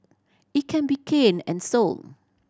it can be canned and sold